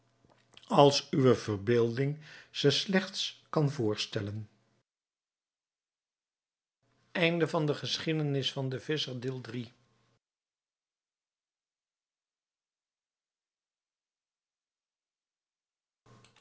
als uwe verbeelding ze zich slechts kan voorstellen